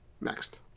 Next